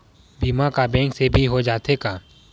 बीमा का बैंक से भी हो जाथे का?